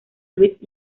luis